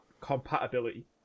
compatibility